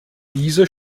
dieser